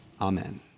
Amen